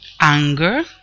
anger